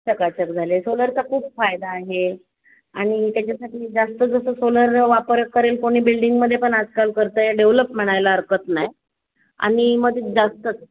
चकाचक झालेय सोलरचा खूप फायदा आहे आणि त्याच्यासाठी जास्त जसं सोलर वापर करेल कोणी बिल्डिंगमध्ये पण आजकाल करतंय डेव्हलप म्हणायला हरकत नाही आणि जास्त